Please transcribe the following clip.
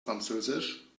französisch